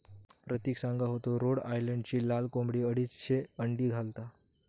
प्रतिक सांगा होतो रोड आयलंडची लाल कोंबडी अडीचशे अंडी घालता